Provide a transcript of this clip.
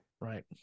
Right